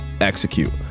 execute